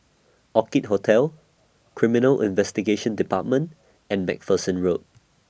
Orchid Hotel Criminal Investigation department and MacPherson Road